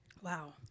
Wow